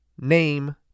name